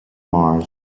mars